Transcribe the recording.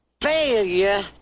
failure